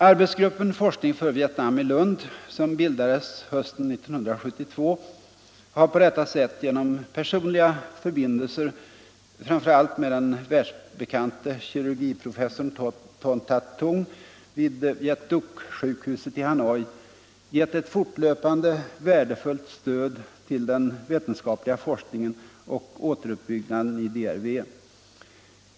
Arbetsgruppen Forskning för Vietnam i Lund, som bildades hösten 1972, har på detta sätt genom personliga förbindelser, framför allt med den världsbekante kirurgiprofessorn Ton That Tung vid Viet Duc-sjukhuset i Hanoi, gett ett fortlöpande värdefullt stöd till den vetenskapliga forskningen och återuppbyggnaden i DRV.